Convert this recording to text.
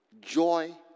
joy